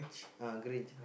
ah Grinch